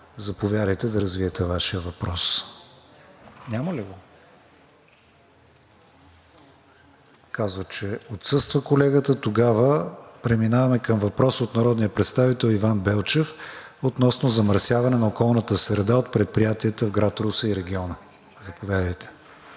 Заповядайте да развитие Вашия въпрос. (Реплики.) Казват, че отсъства колегата. Тогава преминаваме към въпрос от народния представител Иван Белчев относно замърсяване на околната среда от предприятията в град Русе и региона. Заповядайте.